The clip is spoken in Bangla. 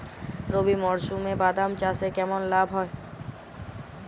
রবি মরশুমে বাদাম চাষে কেমন লাভ হয়?